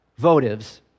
votives